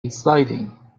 exciting